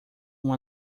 uma